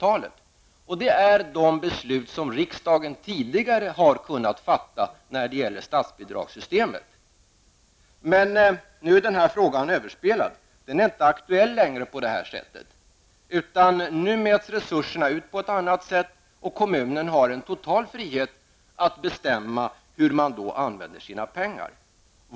Det handlar här om de beslut som riksdagen tidigare har kunnat fatta när det gäller statsbidragssystemet. Men nu är denna fråga överspelad. Den är alltså inte längre aktuell på samma sätt som tidigare. Nu mäts resurserna i stället ut på ett annat sätt. Kommunerna har total frihet att bestämma hur pengarna skall användas.